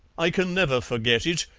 i can never forget it,